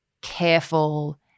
careful